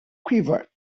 quiver